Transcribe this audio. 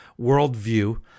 worldview